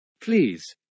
Please